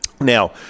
Now